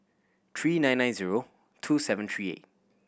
three nine nine zero two seven three eight